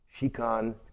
Shikan